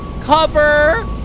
cover